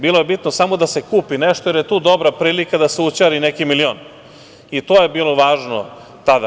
Bilo je bitno samo da se kupi nešto, jer je tu dobra prilika da se ućari neki milion i to je bilo važno tada.